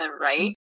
Right